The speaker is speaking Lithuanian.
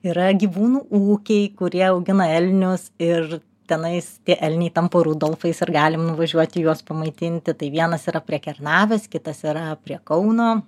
yra gyvūnų ūkiai kurie augina elnius ir tenais tie elniai tampa rudolfais ar galim nuvažiuoti juos pamaitinti tai vienas yra prie kernavės kitas yra prie kauno